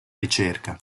ricerca